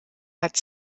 hat